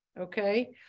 okay